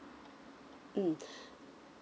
mm